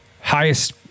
highest